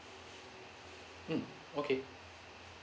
mm okay